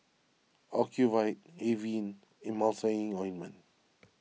Ocuvite Avene Emulsying Ointment